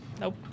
Nope